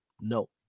No